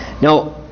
Now